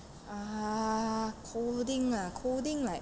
ah coding ah coding like